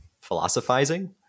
philosophizing